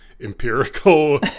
empirical